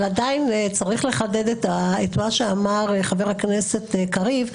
אבל עדיין צריך לחדד את מה שאמר חבר הכנסת קריב,